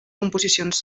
composicions